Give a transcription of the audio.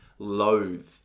loathe